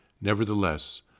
Nevertheless